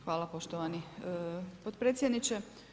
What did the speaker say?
Hvala poštovani potpredsjedniče.